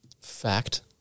fact